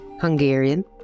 Hungarian